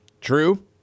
True